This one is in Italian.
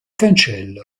cancello